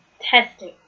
testing